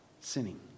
sinning